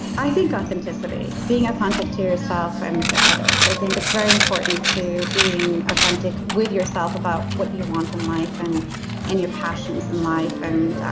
i think authenticity, being authentic to yourself and to others. i think it's very important to being authentic with yourself about what you want in life and and your passions in life. and